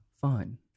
fine